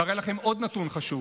והרי לכם עוד נתון חשוב: